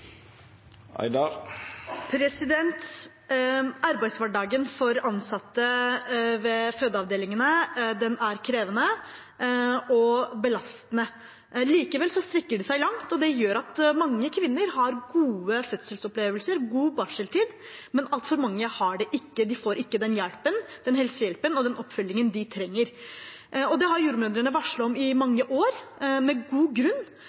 Arbeidshverdagen for ansatte ved fødeavdelingene er krevende og belastende. Likevel strekker de seg langt, og det gjør at mange kvinner har gode fødselsopplevelser og en god barseltid. Men altfor mange har det ikke og får ikke den hjelpen, den helsehjelpen og den oppfølgningen de trenger. Det har jordmødrene varslet om i mange år, med god grunn.